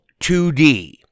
2D